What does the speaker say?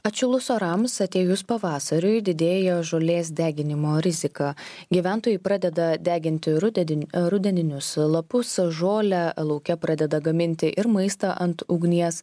atšilus orams atėjus pavasariui didėja žolės deginimo rizika gyventojai pradeda deginti rudedi rudeninius lapus žolę lauke pradeda gaminti ir maistą ant ugnies